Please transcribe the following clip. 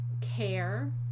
care